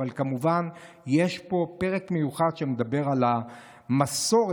כמובן שיש פה פרק מיוחד שמדבר על המסורת